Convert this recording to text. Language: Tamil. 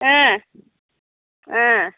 ஆ ஆ